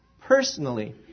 personally